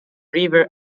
river